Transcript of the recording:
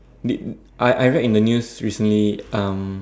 I I read in the news recently um